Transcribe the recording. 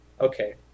Okay